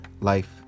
life